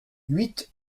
huit